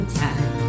time